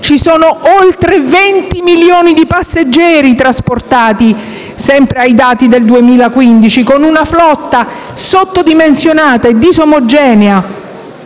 Sono oltre 20 milioni i passeggeri trasportati - sempre secondo i dati 2015 - con una flotta sottodimensionata e disomogenea,